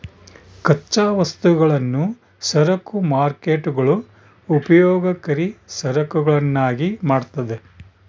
ಕಚ್ಚಾ ವಸ್ತುಗಳನ್ನು ಸರಕು ಮಾರ್ಕೇಟ್ಗುಳು ಉಪಯೋಗಕರಿ ಸರಕುಗಳನ್ನಾಗಿ ಮಾಡ್ತದ